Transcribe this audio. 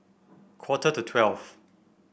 quarter to twelve